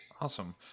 Awesome